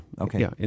Okay